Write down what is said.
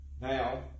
Now